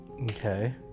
Okay